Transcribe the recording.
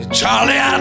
Charlie